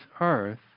earth